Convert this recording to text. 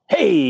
Hey